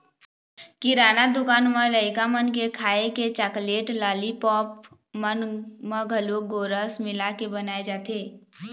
किराना दुकान म लइका मन के खाए के चाकलेट, लालीपॉप मन म घलोक गोरस मिलाके बनाए जाथे